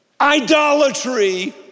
Idolatry